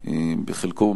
בחלקו,